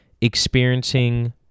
experiencing